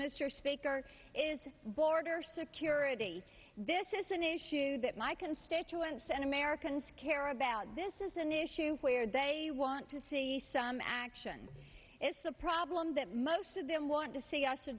mr speaker is the border security this is an issue that my constituents and americans care about this is an issue where they want to see some action is the problem that most of them want to see